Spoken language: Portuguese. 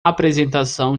apresentação